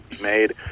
made